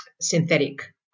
synthetic